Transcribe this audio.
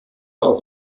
auf